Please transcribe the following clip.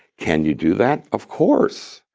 can you do that? of course.